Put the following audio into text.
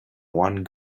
one